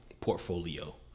portfolio